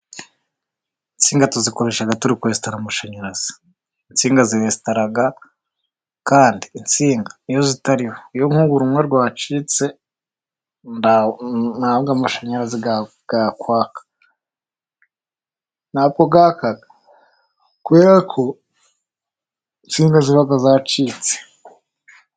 Insinga tuzikoresha turi kwesitara amashanyarazi. Insinga zirestara kandi insinga iyo zitariho. Iyo nk'ubu rumwe rwacitse ntabwo amashanyarazi yakwaka , ntabwo yaka kubera ko insinga zibazacitse.